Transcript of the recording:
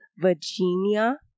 Virginia